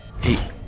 Hey